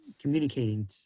communicating